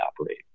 operate